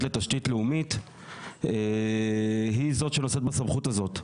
לתשתית לאומית היא זו שנושאת בסמכות הזאת.